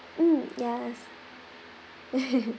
mm yes